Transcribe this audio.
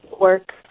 Work